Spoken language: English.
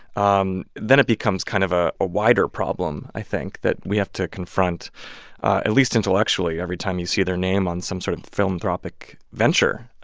um then it becomes kind of a ah wider problem, i think, that we have to confront at least intellectually every time you see their name on some sort of philanthropic venture.